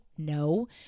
No